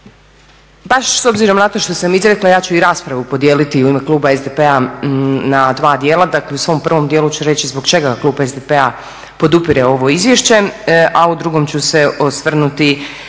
Baš s obzirom na to što sam i izrekla ja ću i raspravu podijeliti u ime kluba SDP-a na dva dijela. Dakle, u svom prvom dijelu ću reći zbog čega klub SDP-a podupire ovo izvješće, a u drugom ću se osvrnuti